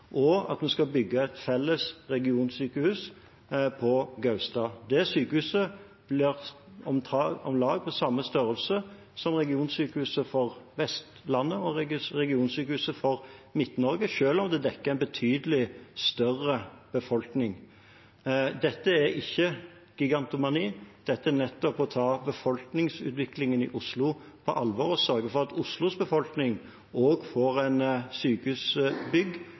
og at vi skal bygge et felles regionsykehus på Gaustad. Det sykehuset blir om lag på samme størrelse som regionsykehuset for Vestlandet og regionsykehuset for Midt-Norge, selv om det dekker en betydelig større befolkning. Dette er ikke gigantomani. Dette er nettopp å ta befolkningsutviklingen i Oslo på alvor og sørge for at Oslos befolkning også får et sykehusbygg